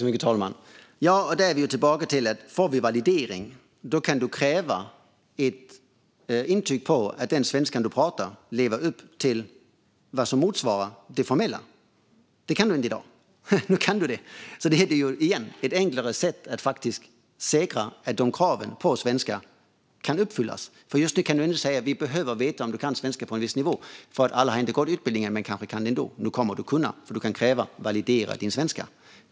Herr talman! Då är vi tillbaka till att om vi får validering kan man kräva ett intyg på att den svenska man pratar lever upp till vad som motsvarar det formella. Det kan man inte i dag. Återigen: Detta är ett enklare sätt att säkra att kraven på svenska kan uppfyllas. Man kan inte säga just att man behöver veta om personer kan svenska på en viss nivå, för alla har inte gått utbildning. Men de kanske kan svenska ändå. Nu kommer man att kunna säga så därför att man kan kräva att personer validerar sin svenska.